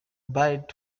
beret